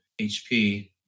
HP